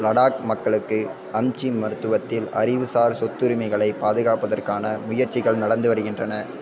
லடாக் மக்களுக்கு அம்ச்சி மருத்துவத்தில் அறிவுசார் சொத்துரிமைகளைப் பாதுகாப்பதற்கான முயற்சிகள் நடந்து வருகின்றன